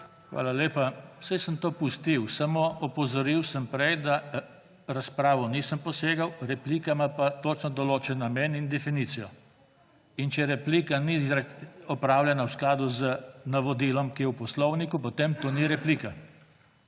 Hvala lepa. Saj sem to pustil, samo opozoril sem prej, v razpravo nisem posegal, replika ima pa točno določen namen in definicijo. In če replika ni opravljena v skladu z navodilom, ki je v poslovniku, potem to ni replika.